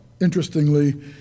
interestingly